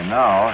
now